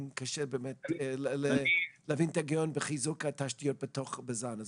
קשה לי להבין את ההיגיון בחיזוק תשתיות בתוך בזן.